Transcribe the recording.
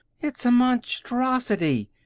it's a monstrosity!